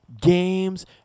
games